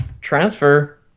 transfer